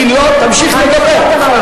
היא לא תמשיך לדבר.